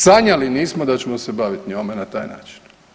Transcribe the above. Sanjali nismo da ćemo se baviti njome na taj način.